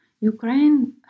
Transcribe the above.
Ukraine